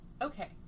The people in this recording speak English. Okay